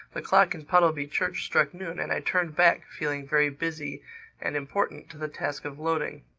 the clock in puddleby church struck noon and i turned back, feeling very busy and important, to the task of loading.